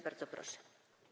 Bardzo proszę.